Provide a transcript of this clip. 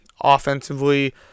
Offensively